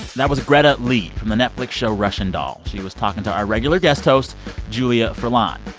that was greta lee from the netflix show russian doll. she was talking to our regular guest host julia furlan.